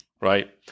right